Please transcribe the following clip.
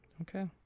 Okay